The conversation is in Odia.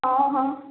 ହଁ ହଁ